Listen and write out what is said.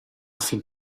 fin